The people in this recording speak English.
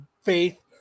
faith